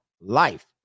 life